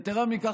יתרה מזו,